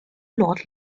not